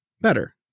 better